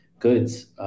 goods